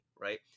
right